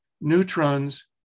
neutrons